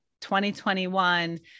2021